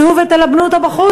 אז תצאו ותלבנו אותו בחוץ.